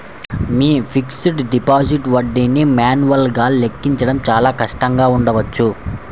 మీ fixed deposit వడ్డీని మాన్యువల్గా లెక్కించడం చాలా కష్టంగా ఉండవచ్చు